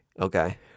Okay